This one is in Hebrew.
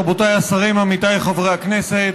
רבותיי השרים, עמיתיי חברי הכנסת,